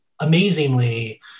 amazingly